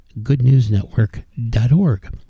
goodnewsnetwork.org